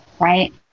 right